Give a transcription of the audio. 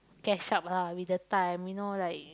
catch up lah with the time you know like